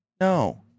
No